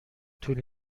طول